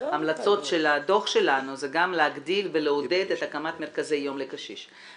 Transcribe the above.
מההמלצות של הדוח שלנו זה גם להגדיל ולעודד את הקמת מרכזי היום לקשיש.